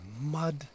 mud